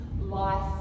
life